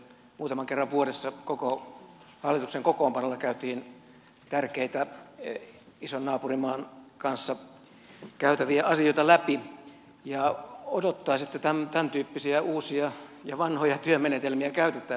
muutaman kerran vuodessa koko hallituksen kokoonpanolla käytiin tärkeitä ison naapurimaan kanssa käytäviä asioita läpi ja odottaisi että tämäntyyppisiä uusia ja vanhoja työmenetelmiä käytettäisiin aktiivisesti